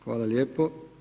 Hvala lijepo.